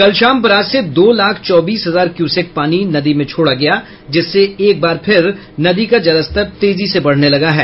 कल शाम बराज से दो लाख चौबीस हजार क्यूसेक पानी नदी में छोड़ा गया जिससे एक बार फिर नदी का जलस्तर तेजी से बढ़ने लगा है